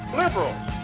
liberals